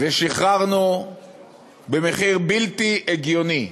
שחררנו במחיר בלתי הגיוני